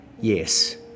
yes